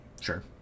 Sure